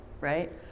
right